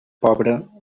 pobre